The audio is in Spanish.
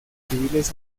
civiles